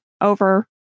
over